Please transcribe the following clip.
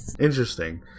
interesting